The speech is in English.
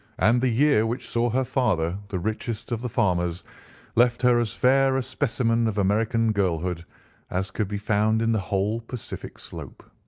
and the year which saw her father the richest of the farmers left her as fair a specimen of american girlhood as could be found in the whole pacific slope.